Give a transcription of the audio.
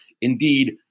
indeed